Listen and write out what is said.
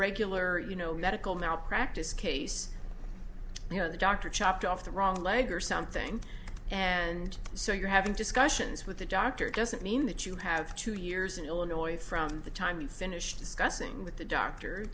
regular you know medical malpractise case where the doctor chopped off the wrong leg or something and so you're having discussions with the doctor doesn't mean that you have two years in illinois from the time you finish discussing with the doctor